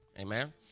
amen